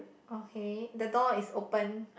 okay the door is open